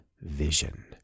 Vision